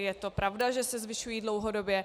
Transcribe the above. Je to pravda, že se zvyšují dlouhodobě.